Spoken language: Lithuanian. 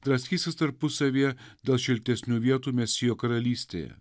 draskysis tarpusavyje dėl šiltesnių vietų mesijo karalystėje